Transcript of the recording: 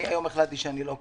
אני היום החלטתי שאני לא כועס,